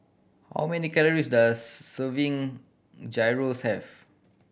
how many calories does serving Gyros have